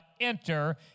enter